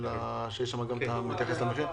אם אני מבין,